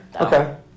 Okay